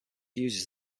uses